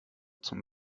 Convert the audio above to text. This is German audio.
zum